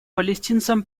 палестинцам